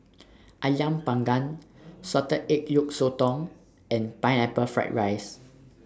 Ayam Panggang Salted Egg Yolk Sotong and Pineapple Fried Rice